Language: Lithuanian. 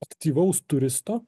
aktyvaus turisto